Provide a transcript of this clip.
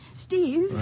Steve